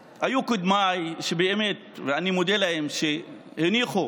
קודמיי, ובאמת אני מודה להם, הניחו